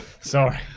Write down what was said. Sorry